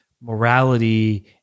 morality